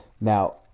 now